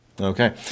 Okay